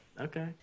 Okay